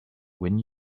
when